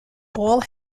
all